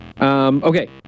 Okay